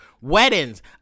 weddings